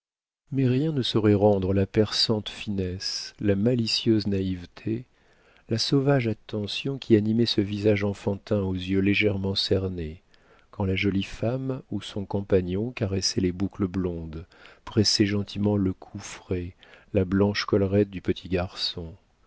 mais rien ne saurait rendre la perçante finesse la malicieuse naïveté la sauvage attention qui animait ce visage enfantin aux yeux légèrement cernés quand la jolie femme ou son compagnon caressaient les boucles blondes pressaient gentiment le cou frais la blanche collerette du petit garçon